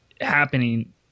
happening